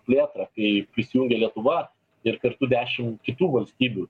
plėtrą kai prisijungė lietuva ir kartu dešim kitų valstybių